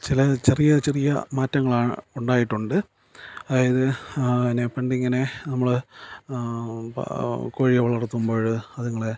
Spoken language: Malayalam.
ചില ചെറിയ ചെറിയ മാറ്റങ്ങളാണ് ഉണ്ടായിട്ടുണ്ട് അതായത് പണ്ടിങ്ങനെ നമ്മൾ കോഴിയെ വളർത്തുമ്പോൾ അതുങ്ങളെ